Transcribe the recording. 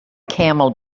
camel